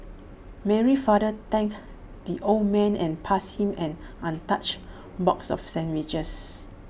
Mary's father thanked the old man and passed him an untouched box of sandwiches